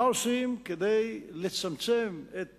מה עושים כדי לצמצם את